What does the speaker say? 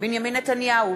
בנימין נתניהו,